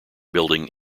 building